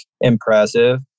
impressive